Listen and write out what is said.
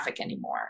anymore